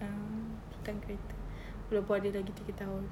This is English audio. um hutang kereta walaupun ada lagi tiga tahun